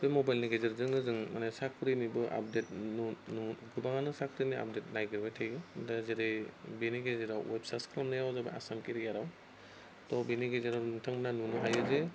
बे मबाइलनि गेजेरजोंनो जोङो माने साख्रिनिबो आपडेट नुयो गोबाङानो साख्रिनि आपडेट नायगिरबाय थायो दा जेरै बेनि गेजेराव वेब सार्स खालामनायाव जाबा आसाम केरियारआव त' बेनि गेजेराव नोंथांमोना नुनो हायो जे